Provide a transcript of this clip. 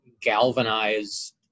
galvanize